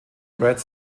red